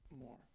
more